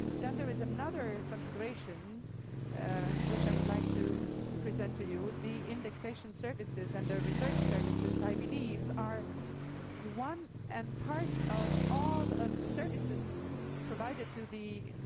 then there is another consideration which i would like to present to you the indexation services and the research services i believe are one and part of all of the services provided to the